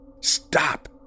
Stop